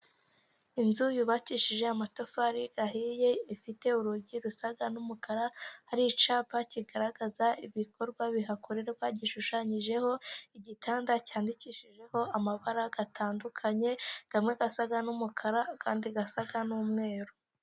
Inzu yubakishije amatafari ahiye, ifite urugi rusa n'umukara, hari icyapa kigaragaza ibikorwa bihakorerwa gishushanyijeho igitanda, cyandikishijeho amabara atandukanye, amwe asa n'umukara, andi asa n'umweru.